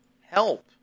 help